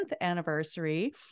anniversary